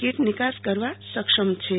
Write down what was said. kit નિકાસ કરવા સક્ષમછે